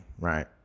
right